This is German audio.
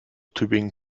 tübingen